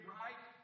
right